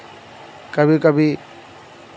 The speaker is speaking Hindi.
कभी कभी